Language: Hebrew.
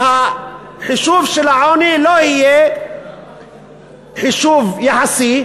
שהחישוב של העוני לא יהיה חישוב יחסי,